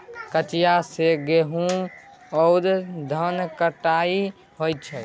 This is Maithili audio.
कचिया सँ गहुम आ धनकटनी होइ छै